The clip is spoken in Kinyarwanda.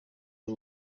ari